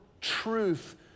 truth